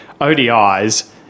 ODIs